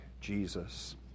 Jesus